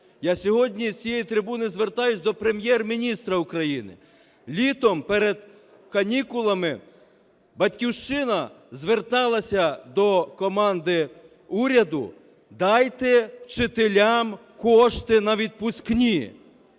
Я сьогодні з цієї трибуни звертаюсь до Прем'єр-міністра України. Літом перед канікулами "Батьківщина" зверталася до команди уряду: "Дайте вчителям кошти на відпускні".